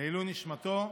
לעילוי נשמתו,